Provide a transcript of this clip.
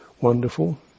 wonderful